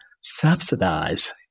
subsidize